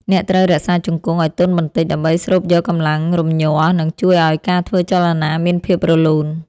អ្នកត្រូវរក្សាជង្គង់ឱ្យទន់បន្តិច ដើម្បីស្រូបយកកម្លាំងរំញ័រ និងជួយឱ្យការធ្វើចលនាមានភាពរលូន។